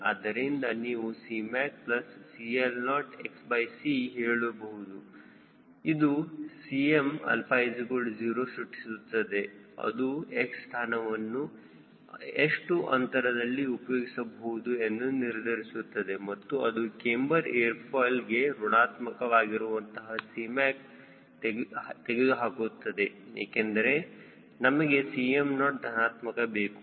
ಆದ್ದರಿಂದ ನೀವು CmacCLOxc ಹೇಳಬಹುದು ಇದು 𝐶mαO ಸೃಷ್ಟಿಸುತ್ತದೆ ಅದು x ಸ್ಥಾನವನ್ನು ಎಷ್ಟು ಅಂತರದಲ್ಲಿ ಉಪಯೋಗಿಸಬಹುದು ಎಂದು ನಿರ್ಧರಿಸುತ್ತದೆ ಹಾಗೂ ಅದು ಕ್ಯಾಮ್ಬರ್ ಏರ್ ಫಾಯ್ಲ್ಗೆ ಋಣಾತ್ಮಕ ಆಗಿರುವಂತಹ Cmac ತೆಗೆದುಹಾಕುತ್ತದೆ ಏಕೆಂದರೆ ನಮಗೆ Cm0 ಧನಾತ್ಮಕ ಬೇಕು